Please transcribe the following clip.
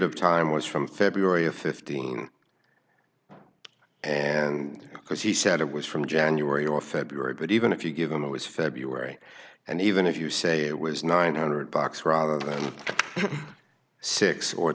of time was from february of fifteen and because he said it was from january or february but even if you give them it was february and even if you say it was nine hundred box rather than six or